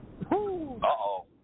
Uh-oh